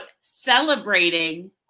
celebrating